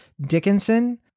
Dickinson